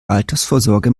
altersvorsorge